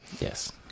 Yes